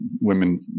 women